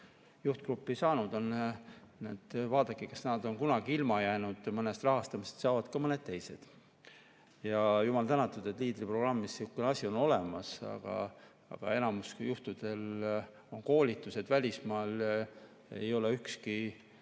juhtgruppi saanud on. Nii et vaadake, kas nad on kunagi ilma jäänud mõnest rahastamisest. Saavad ka mõned teised. Jumal tänatud, et LEADER-programmis sihukene asi olemas on, aga enamikul juhtudel on koolitused välismaal. Ei ole üksi